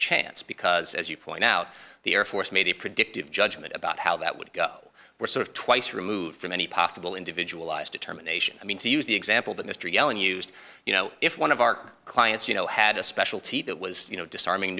chance because as you point out the air force made a predictive judgment about how that would go where so twice removed from any possible individual eyes determination i mean to use the example that mr yellin used you know if one of our clients you know had a specialty that was you know disarming